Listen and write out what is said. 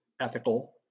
ethical